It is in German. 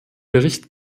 bericht